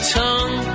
tongue